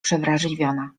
przewrażliwiona